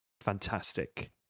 fantastic